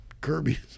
Kirby's